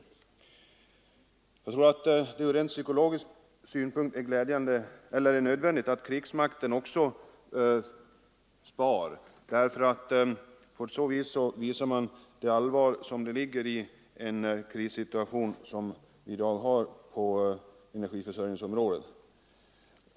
Jag tror att det från rent psykologisk synpunkt är nödvändigt att även krigsmakten sparar. På så sätt visar man det allvar som ligger i den nu rådande krissituationen på energiförsörjningens område.